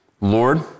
Lord